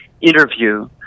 interview